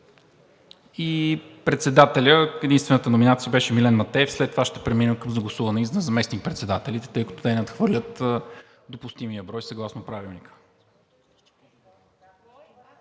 и председателя. Единствената номинация беше Милен Матеев. След това ще преминем към гласуване и на заместник-председателите, тъй като те надхвърлят допустимия брой съгласно Правилника.